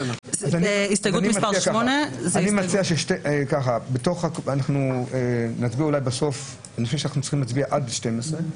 הסתייגות מס' 8. אני חושב שאנחנו צריכים להצביע עד 12 .